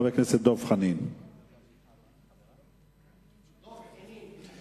חבר הכנסת נחמן שי יכהן כחבר מטעם סיעת קדימה בוועדה לקידום מעמד האשה.